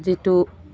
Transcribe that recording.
যিটো